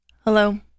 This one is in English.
Hello